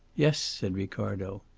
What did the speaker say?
yes, said ricardo.